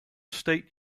state